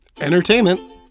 entertainment